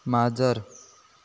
माजर